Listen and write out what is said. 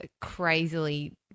crazily